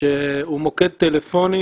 שהוא מוקד טלפוני,